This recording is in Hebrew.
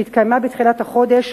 שהתקיימה בתחילת החודש,